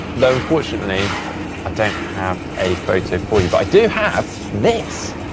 though unfortunately i don't have a photo for you, but i do have this.